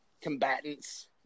combatants